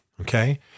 okay